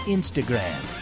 Instagram